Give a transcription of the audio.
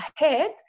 ahead